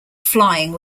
flying